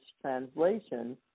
translation